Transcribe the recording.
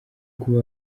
kuba